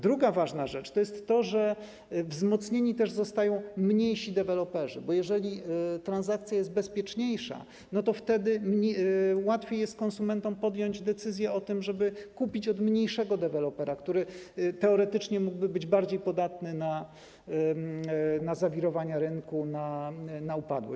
Druga ważna rzecz to jest to, że wzmocnieni też zostają mniejsi deweloperzy, bo jeżeli transakcja jest bezpieczniejsza, to wtedy łatwiej jest konsumentom podjąć decyzję o tym, żeby kupić od mniejszego dewelopera, który teoretycznie mógłby być bardziej podatny na zawirowania rynku, na upadłość.